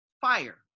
fire